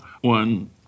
one